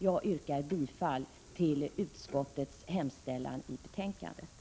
Jag yrkar bifall till utskottets hemställan i betänkandet.